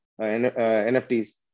NFTs